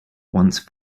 once